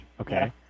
okay